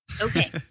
Okay